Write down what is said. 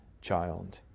child